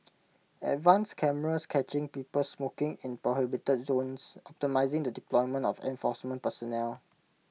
advanced cameras catching people smoking in prohibited zones optimising the deployment of enforcement personnel